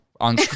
on